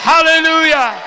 Hallelujah